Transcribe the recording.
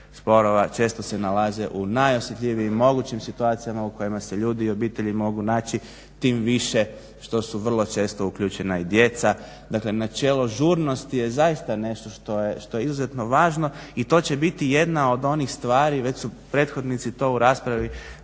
često se nalaze u najosjetljivijim mogućim situacijama u kojima se ljudi i obitelji mogu naći tim više što su vrlo često uključena i djeca. Dakle, načelo žurnosti je zaista nešto što je izuzetno važno i to će biti jedna od onih stvari, već su prethodnici to u raspravi